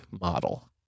model